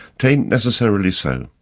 it ain't necessarily so.